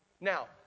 Now